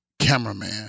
cameraman